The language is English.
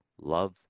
love